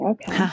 Okay